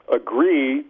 agree